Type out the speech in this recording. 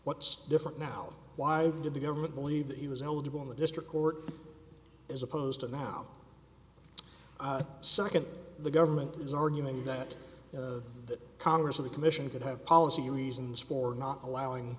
what's different now why did the government believe that he was eligible in the district court as opposed to now second the government is arguing that the congress of the commission could have policy reasons for not allowing